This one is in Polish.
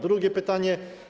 Drugie pytanie.